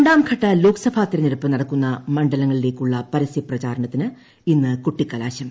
രണ്ടാംഘട്ട ലോക്സഭാ തിരഞ്ഞെടുപ്പ് നടക്കുന്ന മണ്ഡലങ്ങളിലേയ്ക്കുള്ള പരസ്യ പ്രചാരണത്തിന് ഇന്ന് കൊട്ടിക്കലാശം